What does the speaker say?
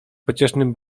pociesznym